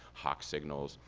hawk signals,